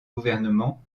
gouvernement